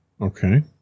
Okay